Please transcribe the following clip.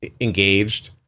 engaged